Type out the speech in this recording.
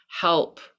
help